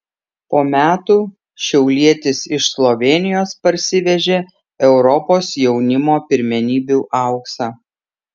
po metų šiaulietis iš slovėnijos parsivežė europos jaunimo pirmenybių auksą